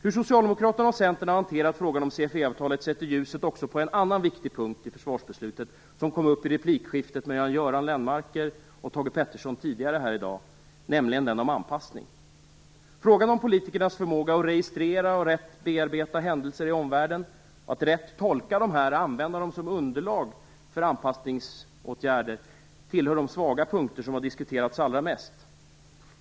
Hur Socialdemokraterna och Centern har hanterat frågan om CFE-avtalet sätter också ljuset på en annan viktig punkt i försvarsbeslutet, som kom upp i replikskiftet mellan Göran Lennmarker och Thage G Peterson tidigare här i dag, nämligen den om anpassning. Frågan om politikernas förmåga att registrera och rätt bearbeta händelser i omvärlden, att rätt tolka dem och använda dem som underlag för anpassningsåtgärder tillhör de svaga punkter som har diskuterats allra mest.